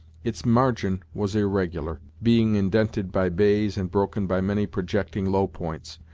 its margin was irregular, being indented by bays, and broken by many projecting, low points.